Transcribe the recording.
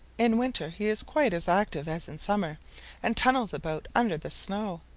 in winter he is quite as active as in summer and tunnels about under the snow.